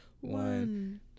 one